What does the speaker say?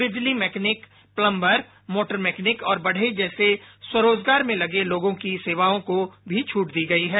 बिजली mechanic plumber motor mechanic और बढई जैसे स्वरोजगार में लगे लोगों की सेवाओं को भी छूट दी गई है